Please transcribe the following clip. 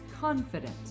confident